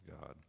God